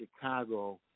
Chicago